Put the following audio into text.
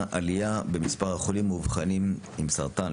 עלייה במספר החולים המאובחנים עם סרטן,